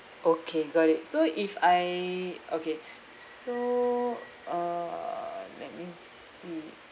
okay got it so if I okay so uh let me see